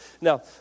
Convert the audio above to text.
Now